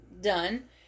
done